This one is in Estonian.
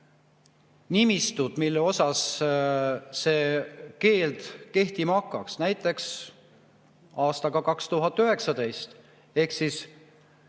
nimistut, mille kohta see keeld kehtima hakkaks, näiteks aastaga 2019. Ehk